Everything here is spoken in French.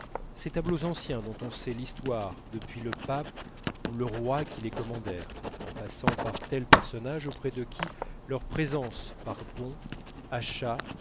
ces tableaux anciens dont on sait l'histoire depuis le pape ou le roi qui les commandèrent en passant par tels personnages auprès de qui leur présence par don achat